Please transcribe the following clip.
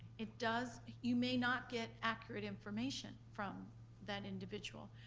it does, you may not get accurate information from that individual.